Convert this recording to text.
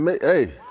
Hey